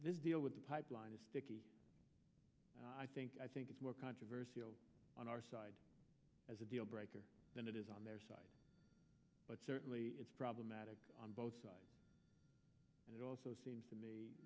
this deal with the pipeline is sticky i think i think it's more controversy on our side as a deal breaker than it is on their side but certainly it's problematic on both sides but it also seems to me